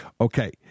Okay